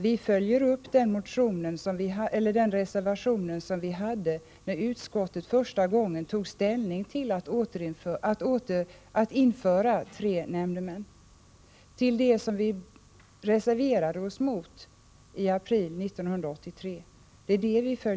Vi följer upp den reservation vi stod bakom när utskottet första gången tog ställning för införande av tre nämndemän. Vi följer alltså upp vår reservation från april 1983.